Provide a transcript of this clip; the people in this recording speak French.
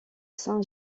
saint